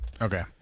Okay